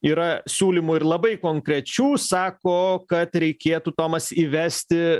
yra siūlymų ir labai konkrečių sako kad reikėtų tomas įvesti